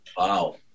Wow